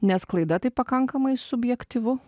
nes klaida tai pakankamai subjektyvu